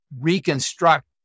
reconstruct